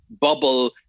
bubble